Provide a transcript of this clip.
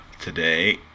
today